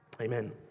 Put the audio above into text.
Amen